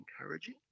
encouraging